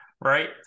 right